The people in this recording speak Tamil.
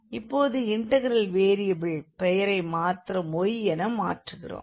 இப்போது இண்டெக்ரல் வேரியபிளின் பெயரை மாத்திரம் y என மாற்றுகிறோம்